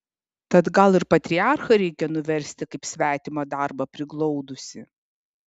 tad gal ir patriarchą reikia nuversti kaip svetimą darbą priglaudusį